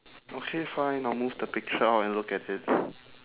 okay fine I'll move the picture out and look at it